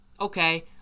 Okay